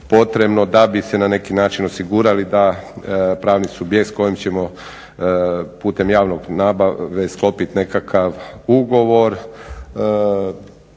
da bi se na neki način osigurali da pravni subjekt s kojim ćemo putem javne nabave sklopiti nekakav ugovor